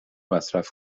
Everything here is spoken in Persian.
مصرف